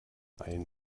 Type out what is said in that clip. ein